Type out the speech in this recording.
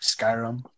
Skyrim